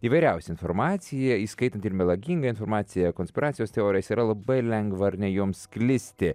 įvairiausia informacija įskaitant ir melagingą informaciją konspiracijos teorijas yra labai lengva ar ne joms sklisti